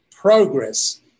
progress